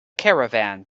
caravan